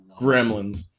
gremlins